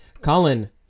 Colin